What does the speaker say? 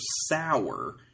sour